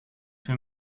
für